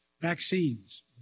vaccines